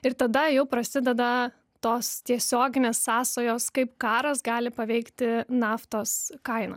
ir tada jau prasideda tos tiesioginės sąsajos kaip karas gali paveikti naftos kainą